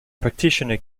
practitioner